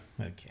Okay